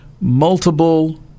Multiple